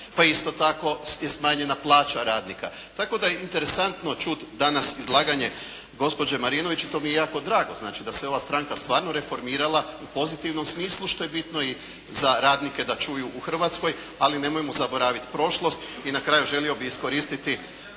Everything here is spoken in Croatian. je isto tako smanjena plaća radnika. Tako da je interesantno čut' danas izlaganje gospođe Marinović, to mi je jako drago. Znači da se ova stranka stvarno reformirala u pozitivnom smislu što je bitno i za radnike da čuju u Hrvatskoj. Ali nemojmo zaboraviti prošlog. I na kraju želio bi iskoristiti